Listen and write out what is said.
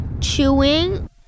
chewing